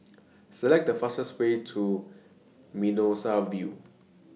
Select The fastest Way to Mimosa View